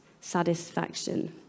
satisfaction